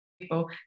people